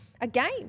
again